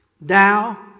thou